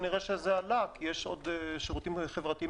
כנראה שזה עלה כי יש עוד שירותים חברתיים